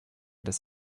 des